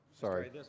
Sorry